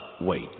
wait